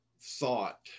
thought